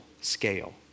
scale